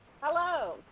hello